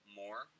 more